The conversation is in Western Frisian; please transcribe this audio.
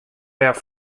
dêr